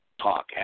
talk